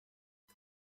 wer